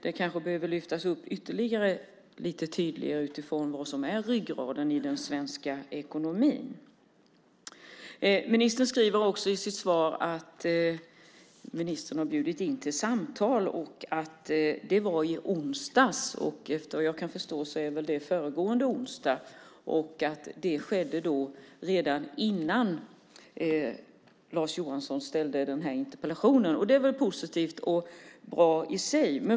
Det kanske behöver lyftas fram lite tydligare utifrån vad som är ryggraden i den svenska ekonomin. Ministern skriver också i sitt svar att ministern har bjudit in till samtal och att det var i onsdags. Efter vad jag förstår var det föregående onsdag. Det skedde alltså redan innan Lars Johansson ställde den här interpellationen. Det är väl positivt och bra.